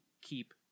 keep